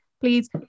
please